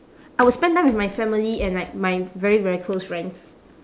I will spend time with my family and like my very very close friends